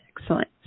Excellent